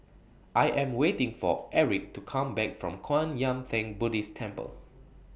I Am waiting For Aric to Come Back from Kwan Yam Theng Buddhist Temple